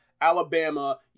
Alabama